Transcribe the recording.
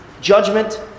judgment